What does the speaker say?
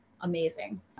amazing